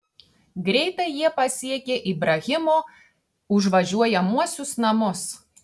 greitai jie pasiekė ibrahimo užvažiuojamuosius namus